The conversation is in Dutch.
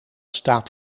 staat